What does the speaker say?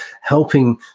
helping